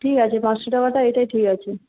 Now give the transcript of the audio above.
ঠিক আছে পাঁচশো টাকাটা এটাই ঠিক আছে